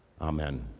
Amen